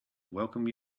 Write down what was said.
welcome